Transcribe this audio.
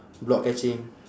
block catching